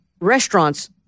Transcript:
restaurants